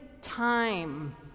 time